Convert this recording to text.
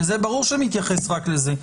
וזה ברור שזה מתייחס רק לזה.